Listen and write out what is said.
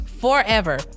forever